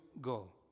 go